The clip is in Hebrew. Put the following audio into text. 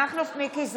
מכלוף מיקי זוהר,